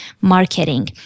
marketing